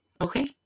Okay